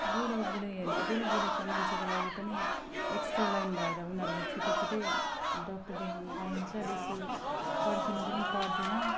बुढो बुढी बुढो बुढीको मान्छेको लागि पनि एक्सट्रा लाइन भएर उनीहरूले छिटो छिटै डक्टर देखाउन पाइन्छ बेसी पर्खिनु पनि पर्दैन